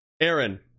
Aaron